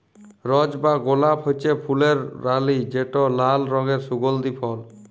রজ বা গোলাপ হছে ফুলের রালি যেট লাল রঙের সুগল্ধি ফল